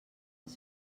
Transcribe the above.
als